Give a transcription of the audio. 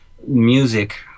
Music